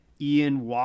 Ian